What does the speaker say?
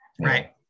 Right